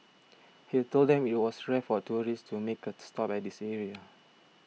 he told them that it was rare for tourists to make a stop at this area